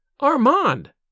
Armand